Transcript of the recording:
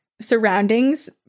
surroundings